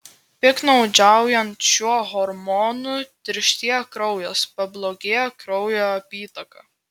piktnaudžiaujant šiuo hormonu tirštėja kraujas pablogėja kraujo apytaka